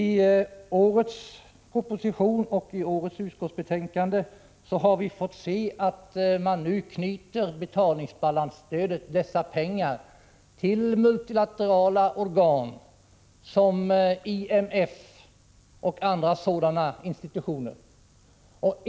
I årets proposition och utskottsbetänkande har vi fått se att man nu knyter betalningsbalansstödet till multilaterala organ som IMF och liknande institutioner.